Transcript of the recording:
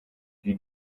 qui